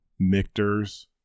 Mictors